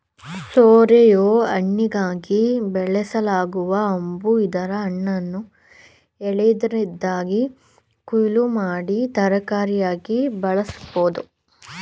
ಸೋರೆಯು ಹಣ್ಣಿಗಾಗಿ ಬೆಳೆಸಲಾಗೊ ಹಂಬು ಇದರ ಹಣ್ಣನ್ನು ಎಳೆಯದಿದ್ದಾಗ ಕೊಯ್ಲು ಮಾಡಿ ತರಕಾರಿಯಾಗಿ ಬಳಸ್ಬೋದು